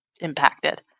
impacted